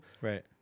right